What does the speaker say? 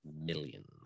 million